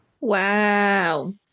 Wow